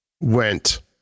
went